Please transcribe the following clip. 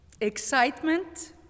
excitement